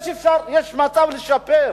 יש מצב לשפר.